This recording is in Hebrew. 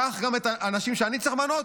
קח גם את האנשים שאני צריך למנות,